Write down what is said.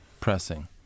pressing